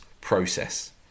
process